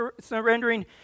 surrendering